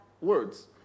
Words